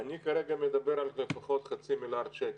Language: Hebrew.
אני כרגע מדבר על לפחות חצי מיליארד שקל,